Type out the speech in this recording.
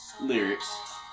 lyrics